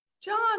John